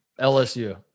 LSU